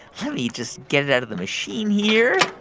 let me just get it out of the machine here